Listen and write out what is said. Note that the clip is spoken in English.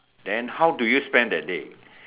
then how do you spend that day